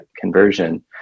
conversion